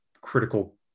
critical